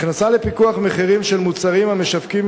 הכנסה לפיקוח מחירים של מוצרים המשווקים